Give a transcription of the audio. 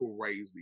crazy